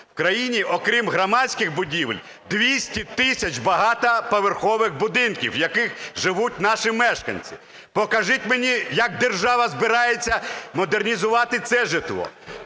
в країні, окрім громадських будівель, 200 тисяч багатоповерхових будинків, в яких живуть наші мешканці. Покажіть мені, як держава збирається модернізувати це житло.